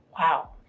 Wow